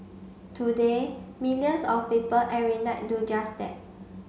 today millions of people every night do just that